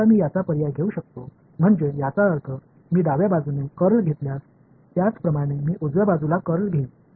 आता मी याचा पर्याय घेऊ शकतो म्हणजे याचा अर्थ मी डाव्या बाजूने कर्ल घेतला त्याच प्रमाणे मी उजव्या बाजूला कर्ल घेईन